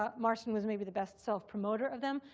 ah marston was maybe the best self-promoter of them.